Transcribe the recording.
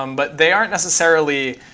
um but they aren't necessarily